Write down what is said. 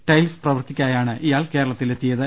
tiles പ്രവൃത്തിക്കായാണ് ഇയാൾ കേരളത്തിലെത്തിയത്